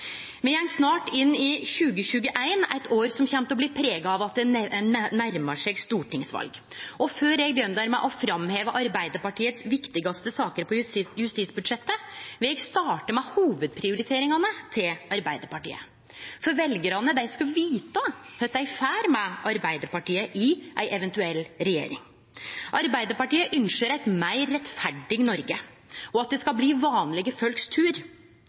Me går snart inn i 2021 – eit år som kjem til å bli prega av at det nærmar seg stortingsval. Og før eg begynner med å framheve dei viktigaste sakene for Arbeidarpartiet på justisbudsjettet, vil eg starte med hovudprioriteringane til Arbeidarpartiet. For veljarane skal vite kva dei får med Arbeidarpartiet i ei eventuell regjering. Arbeidarpartiet ynskjer eit meir rettferdig Noreg, og at det skal bli vanlege folks tur.